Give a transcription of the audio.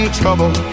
trouble